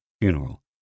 funeral